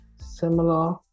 similar